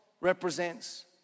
represents